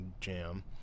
jam